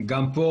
גם כאן,